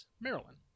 Maryland